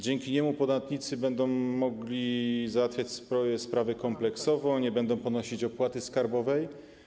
Dzięki niemu podatnicy będą mogli załatwiać swoje sprawy kompleksowo, nie będą ponosić opłaty skarbowej.